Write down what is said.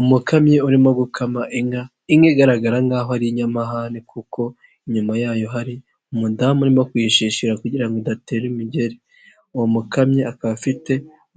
Umukamyi urimo gukama inka, inka igaragara nk'aho ari inyamahane kuko inyuma yayo hari umudamu urimo kuyishishira kugirango idatera umugeri, uwo mukamyi akaba afite